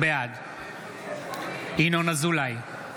בעד ינון אזולאי,